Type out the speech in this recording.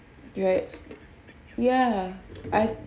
rights ya I